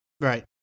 Right